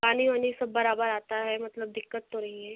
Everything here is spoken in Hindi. पानी वानी सब बराबर आता है मतलब दिक्कत तो नहीं है